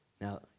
now